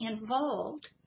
involved